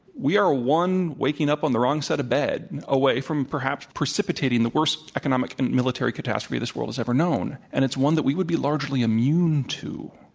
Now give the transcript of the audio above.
we are one waking up on the wrong side of bed away from perhaps precipitating the worst economic and military catastrophe this world has ever known and it's one that we would be largely immune to.